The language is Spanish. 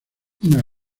una